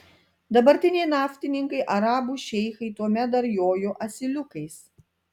dabartiniai naftininkai arabų šeichai tuomet dar jojo asiliukais